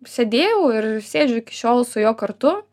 sėdėjau ir sėdžiu iki šiol su juo kartu